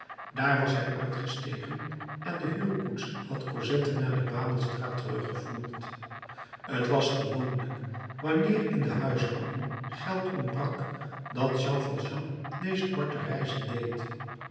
daar was hij uitgestegen en de huurkoets had cosette naar de babelstraat teruggevoerd t was gewoonlijk wanneer in de huishouding geld ontbrak dat jean valjean deze korte reizen deed